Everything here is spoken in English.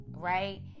Right